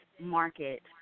market